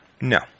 No